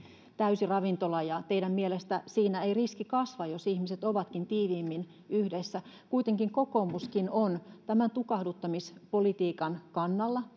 täysi ravintola ja teidän mielestänne siinä ei riski kasvaa jos ihmiset ovatkin tiiviimmin yhdessä kuitenkin kokoomuskin on tämän tukahduttamispolitiikan kannalla